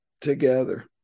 together